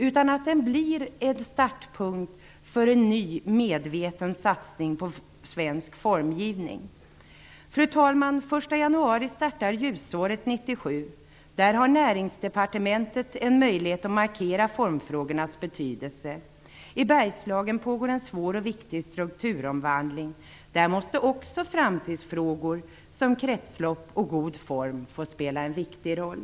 Den skall bli en startpunkt för en ny, medveten satsning på svensk formgivning. Fru talman! Den 1 januari startar Ljusåret 1997. Där har Näringsdepartementet en möjlighet att markera formfrågornas betydelse. I Bergslagen pågår en svår och viktig strukturomvandling. Där måste också framtidsfrågor som kretslopp och god form få spela en viktig roll.